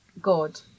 god